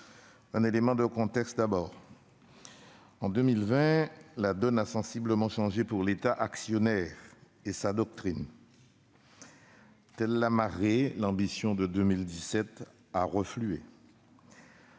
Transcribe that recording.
un élément de contexte. En 2020, la donne a sensiblement changé pour l'État actionnaire et sa doctrine. Telle la marée, l'ambition de 2017 a reflué.